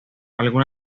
algunas